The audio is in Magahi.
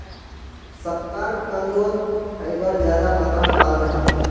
शकार्कंदोत फाइबर ज्यादा मात्रात पाल जाहा